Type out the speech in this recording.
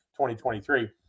2023